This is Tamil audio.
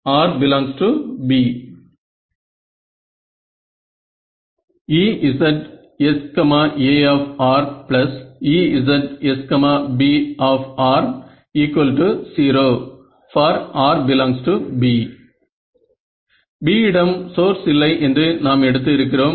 r B EzsAEzsB0 for r B B இடம் சோர்ஸ் இல்லை என்று நாம் எடுத்து இருக்கிறோம்